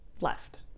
left